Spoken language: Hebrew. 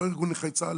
לא ארגון נכי צה"ל,